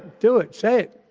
do it. say it.